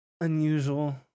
Unusual